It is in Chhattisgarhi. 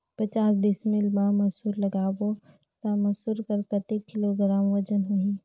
पचास डिसमिल मा मसुर लगाबो ता मसुर कर कतेक किलोग्राम वजन होही?